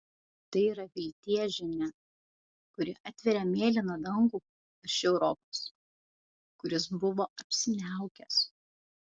tai yra vilties žinia kuri atveria mėlyną dangų virš europos kuris buvo apsiniaukęs